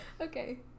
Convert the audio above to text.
Okay